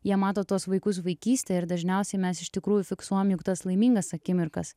jie mato tuos vaikus vaikystėj ir dažniausiai mes iš tikrųjų fiksuojam juk tas laimingas akimirkas